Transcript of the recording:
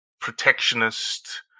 protectionist